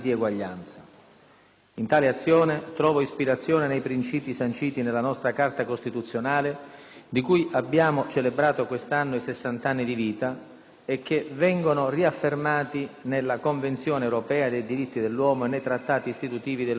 In tale azione trovo ispirazione nei principi nella nostra Carta costituzionale, di cui abbiamo celebrato quest'anno i sessant'anni anni di vita, e che vengono riaffermati nella Convenzione europea dei diritti dell'uomo e nei Trattati istitutivi dell'Unione europea.